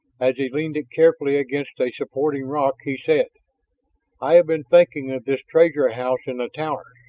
as he leaned it carefully against a supporting rock he said i have been thinking of this treasure house in the towers.